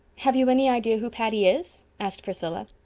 have you any idea who patty is? asked priscilla.